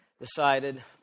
decided